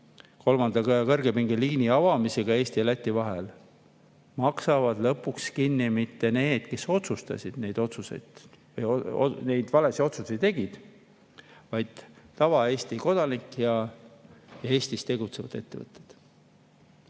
kolmanda kõrgepingeliini avamisega Eesti ja Läti vahel, maksavad lõpuks kinni mitte need, kes neid valesid otsuseid tegid, vaid Eesti tavakodanikud ja Eestis tegutsevad ettevõtted.